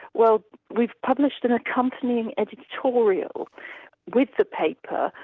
well we've published an accompanying and editorial with the paper,